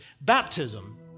baptism